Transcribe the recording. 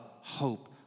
hope